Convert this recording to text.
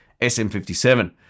SM57